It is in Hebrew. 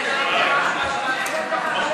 לשנת התקציב 2015,